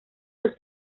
los